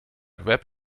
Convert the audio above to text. web